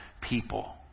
people